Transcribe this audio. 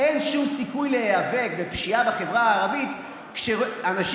אין שום סיכום להיאבק בפשיעה בחברה הערבית כשאתה